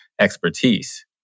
expertise